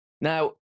Now